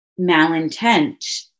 malintent